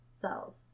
cells